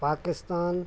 Pakistan